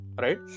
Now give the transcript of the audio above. right